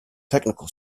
technical